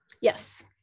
Yes